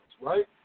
right